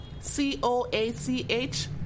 C-O-A-C-H